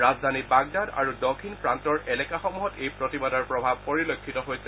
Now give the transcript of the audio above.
ৰাজধানী বাগদাদ আৰু দক্ষিণ প্ৰান্তৰ এলেকাসমূহত এই প্ৰতিবাদৰ প্ৰভাৱ পৰিলক্ষিত হৈছে